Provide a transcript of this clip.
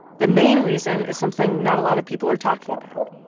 the main reason is something not a lot of people are talking about,